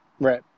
Right